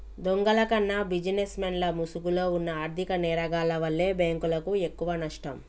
దొంగల కన్నా బిజినెస్ మెన్ల ముసుగులో వున్న ఆర్ధిక నేరగాల్ల వల్లే బ్యేంకులకు ఎక్కువనష్టం